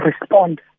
respond